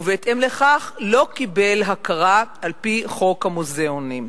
ובהתאם לכך לא קיבל הכרה על-פי חוק המוזיאונים.